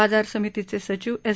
बाजार समितीचे सचिव एस